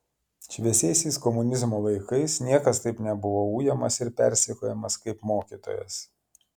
šviesiaisiais komunizmo laikais niekas taip nebuvo ujamas ir persekiojamas kaip mokytojas